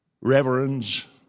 reverends